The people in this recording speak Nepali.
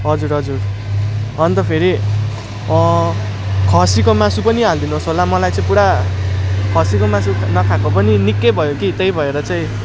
हजुर हजुर अन्त फेरि खसीको मासु पनि हालिदिनु होस् होला मलाई चाहिँ पुरा खसीको मासु नखाएको पनि निकै भयो कि त्यही भएर चाहिँ